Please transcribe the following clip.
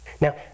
Now